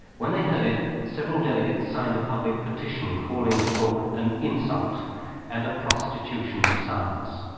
when they heard it, several delegates signed a public petition calling the talk an insult and a prostitution of science.